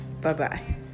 Bye-bye